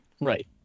Right